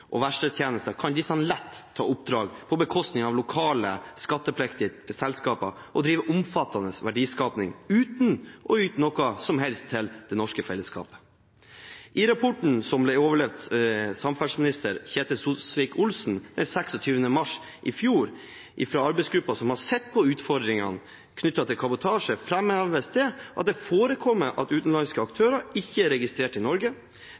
kan disse lett ta oppdrag på bekostning av lokale skattepliktige selskaper og drive omfattende verdiskaping uten å yte noe som helst til det norske fellesskapet. I rapporten som ble overlevert samferdselsminister Ketil Solvik-Olsen den 26. mars i fjor fra arbeidsgruppen som har sett på utfordringene knyttet til kabotasje, fremheves det at det forekommer at utenlandske aktører ikke er registrert i Norge,